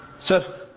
sir,